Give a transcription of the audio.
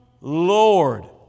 Lord